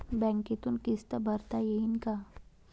बँकेतून किस्त भरता येईन का?